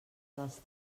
dels